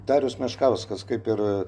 darius meškauskas kaip ir